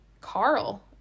Carl